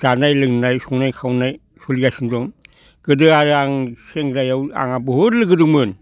जानाय लोंनाय संनाय खावनाय सोलिगासिनो दं गोदो आरो आं सेंग्रायाव आंहा बहुद लोगो दंमोन